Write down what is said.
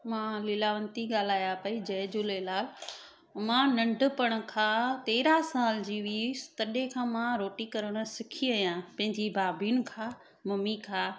मां लीलावंती ॻाल्हायां पई जय झूलेलाल मां नंढिपण खां तेरहं साल जी हुअसि तॾहिं खां मां रोटी करणु सिखी आहियां पंहिंजी भाभियुनि खां मम्मी खां